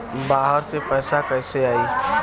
बाहर से पैसा कैसे आई?